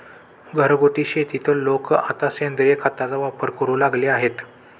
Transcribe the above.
घरगुती शेतीत लोक आता सेंद्रिय खताचा वापर करू लागले आहेत